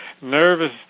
Nervous